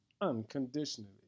unconditionally